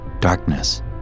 darkness